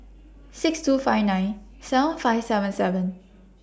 six two five nine seven five seven seven